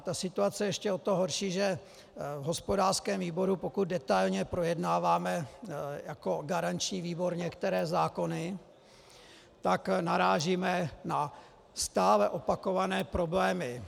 Ta situace je ještě o to horší, že v hospodářském výboru, pokud detailně projednáváme jako garanční výbor některé zákony, tak narážíme na stále opakované problémy.